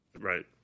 Right